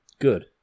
Good